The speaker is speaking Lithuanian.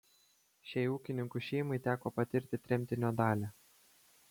šiai ūkininkų šeimai teko patirti tremtinio dalią